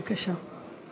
בבקשה.